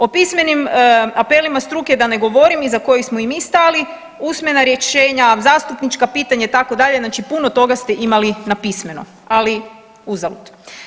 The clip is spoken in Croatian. O pismenim apelima struke da ne govorim iza kojih smo i mi stali, usmena rješenja, zastupnička pitanja itd. znači, puno toga ste imali napismeno ali uzalud.